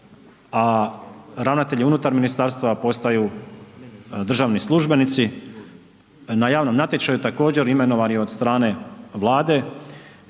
a ravnatelji unutar ministarstva postaju državni službenici na javnom natječaju također imenovani od strane Vlade,